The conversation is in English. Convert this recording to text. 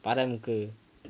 padan muka